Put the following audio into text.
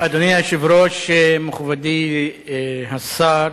אדוני היושב-ראש, מכובדי השר,